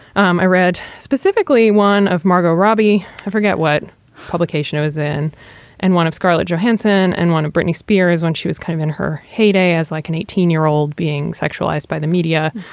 um i read specifically one of margot robbie. i forget what publication i was in and one of scarlett johansson and one of britney spears when she was kind of in her heyday as like an eighteen year old being sexualized by the media.